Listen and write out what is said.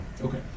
okay